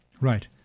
Right